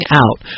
out